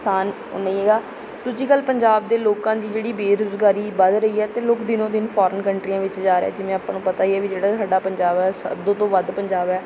ਸਥਾਨ ਉਹ ਨਹੀਂ ਹੈਗਾ ਦੂਜੀ ਗੱਲ ਪੰਜਾਬ ਦੇ ਲੋਕਾਂ ਦੀ ਜਿਹੜੀ ਬੇਰੁਜ਼ਗਾਰੀ ਵੱਧ ਰਹੀ ਹੈ ਅਤੇ ਲੋਕ ਦਿਨੋਂ ਦਿਨ ਫੋਰਨ ਕੰਟਰੀਆਂ ਵਿੱਚ ਜਾ ਰਹੇ ਜਿਵੇਂ ਆਪਾਂ ਨੂੰ ਪਤਾ ਹੀ ਹੈ ਵੀ ਜਿਹੜਾ ਸਾਡਾ ਪੰਜਾਬ ਆ ਅੱਧ ਤੋਂ ਵੱਧ ਪੰਜਾਬ ਹੈ